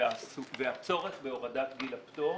הפטור והצורך בהורדת גיל הפטור.